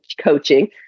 Coaching